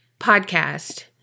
podcast